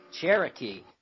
Cherokee